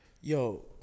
Yo